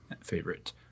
favorite